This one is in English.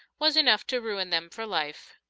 was enough to ruin them for life.